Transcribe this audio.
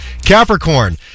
Capricorn